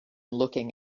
looking